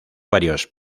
varios